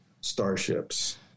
starships